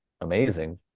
amazing